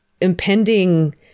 impending